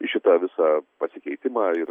šitą visą pasikeitimą ir